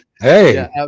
Hey